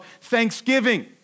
thanksgiving